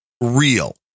real